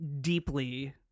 deeply